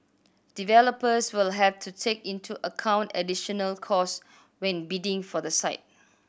developers will have to take into account additional cost when bidding for the site